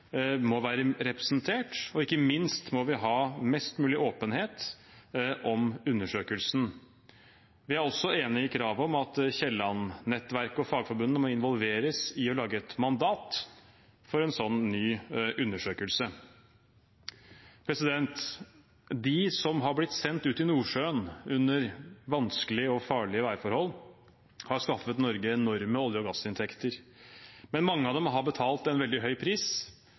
må være representert, og ikke minst må vi ha mest mulig åpenhet om undersøkelsen. Vi er også enig i kravet om at Kielland-nettverket og fagforbundene må involveres i å lage et mandat for en slik ny undersøkelse. De som har blitt sendt ut i Nordsjøen under vanskelige og farlige værforhold, har skaffet Norge enorme olje- og gassinntekter, men mange av dem har betalt en veldig høy pris,